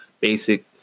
basic